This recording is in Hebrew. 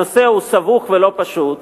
הנושא סבוך ולא פשוט,